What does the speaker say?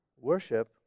Worship